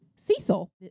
Cecil